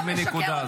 שימי נקודה.